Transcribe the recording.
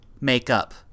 makeup